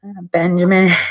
Benjamin